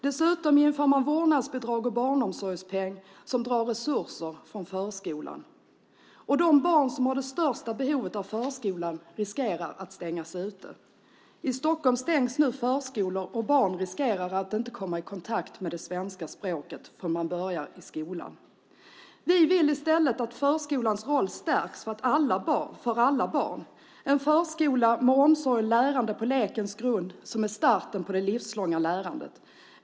Dessutom inför man vårdnadsbidrag och barnomsorgspeng som drar resurser från förskolan. De barn som har det största behovet av förskolan riskerar att stängas ute. I Stockholm stängs nu förskolor, och barn riskerar att inte komma i kontakt med det svenska språket förrän de börjar i skolan. Vi vill i stället att förskolans roll stärks för alla barn. En förskola med omsorg och lärande på lekens grund ska vara starten på det livslånga lärandet.